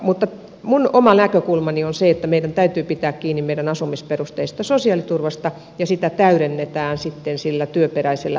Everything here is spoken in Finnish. mutta minun oma näkökulmani on se että meidän täytyy pitää kiinni meidän asumisperusteisesta sosiaaliturvasta ja sitä täydennetään sitten sillä työperäisellä yhteensovitetaan